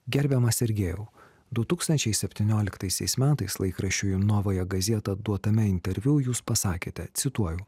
gerbiamas sergejau du tūkstančiai septynioliktaisiais metais laikraščiui novoje gazeta duotame interviu jūs pasakėte cituoju